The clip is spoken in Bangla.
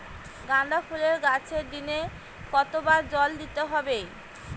গাদা ফুলের গাছে দিনে কতবার জল দিতে হবে?